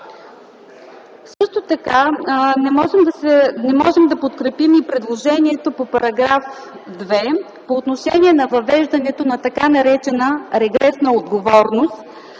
Също така не можем да подкрепим и предложението по § 2 по отношение въвеждането на така наречената регресна отговорност